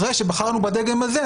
אחרי שבחרנו בדגם הזה,